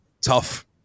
tough